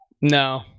No